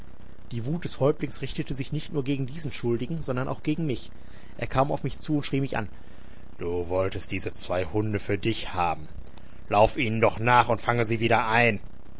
die wut des häuptlings richtete sich nicht nur gegen diesen schuldigen sondern auch gegen mich er kam auf mich zu und schrie mich an du wolltest diese zwei hunde für dich haben lauf ihnen doch nach und fange sie wieder ein